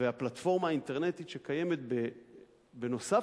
והפלטפורמה האינטרנטית שקיימת בנוסף